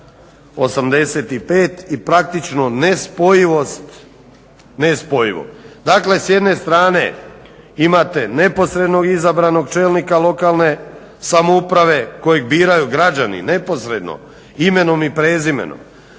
85.i praktično nespojivost nespojivo. Dakle s jedne strane imate neposredno izabranog čelnika lokalne samouprave kojeg biraju građani neposredno imenom i prezimenom.